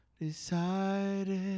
decided